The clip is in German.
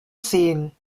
sähen